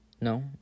No